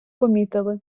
помітили